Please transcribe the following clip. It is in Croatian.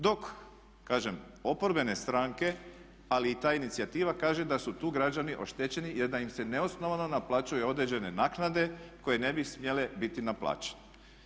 Dok, kažem, oporbene stranke ali i ta inicijativa kaže da su tu građani oštećeni jer da im se neosnovano naplaćuju određene naknade koje ne bi smjele biti naplaćene.